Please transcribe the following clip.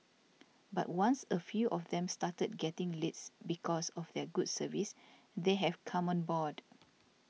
but once a few of them started getting leads because of their good service they have come on board